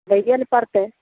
लैए लए पड़तै